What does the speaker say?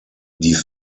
die